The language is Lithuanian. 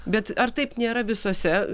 bet ar taip nėra visose